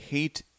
Hate